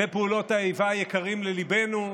ופעולות האיבה יקרים לליבנו,